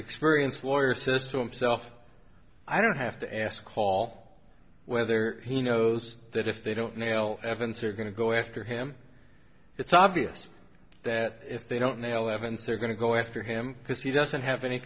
experienced lawyer says to himself i don't have to ask all whether he knows that if they don't nail evidence are going to go after him it's obvious that if they don't nail evans they're going to go after him because he doesn't have any